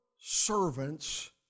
servants